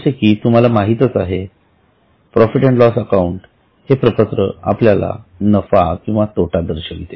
जसे की तुम्हाला माहीतच आहे प्रॉफिट अँड लॉस अकाउंट हे प्रपत्र आपल्याला नफा किंवा तोटा दर्शविते